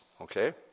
okay